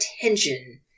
attention